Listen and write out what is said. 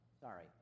Sorry